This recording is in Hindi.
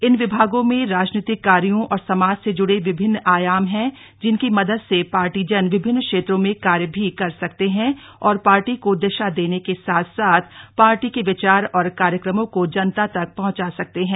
इन विभागों में राजनीतिक कार्यो और समाज से जुड़े विभिन्न आयाम हैं जिनकी मदद से पार्टीजन विभिन्न क्षेत्रों में कार्य भी कर सकते हैं और पार्टी को दिशा देने के साथ साथ पार्टी के विचार और कार्यक्रमों को जनता तक पहुँचा सकते हैं